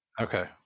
Okay